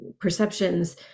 perceptions